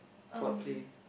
what play